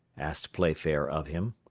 asked playfair of him.